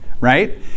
right